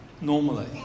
normally